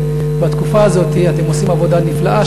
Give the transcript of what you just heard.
בתקופה הזאת אתם עושים עבודה נפלאה,